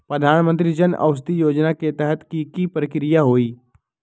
प्रधानमंत्री जन औषधि योजना के तहत की की प्रक्रिया होई?